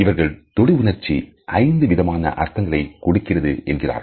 இவர்கள் தொடு உணர்ச்சி ஐந்து விதமான அர்த்தங்களை கொடுக்கிறது என்கிறார்கள்